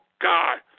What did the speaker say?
God